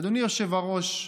אדוני היושב-ראש,